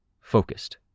Focused